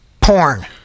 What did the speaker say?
porn